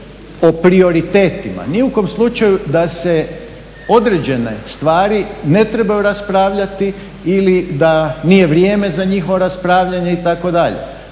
o prioritetima, ni u kom slučaju da se određene stvari ne trebaju raspravljati ili da nije vrijeme za njihovo raspravljanje itd.,